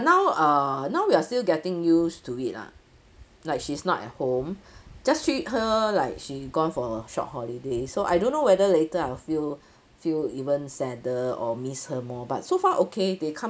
now err now we are still getting used to it ah like she's not at home just treat her like she gone for a short holiday so I don't know whether later I feel feel even sadder or miss her more but so far okay they come